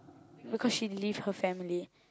because she leave her family